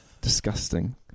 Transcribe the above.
Disgusting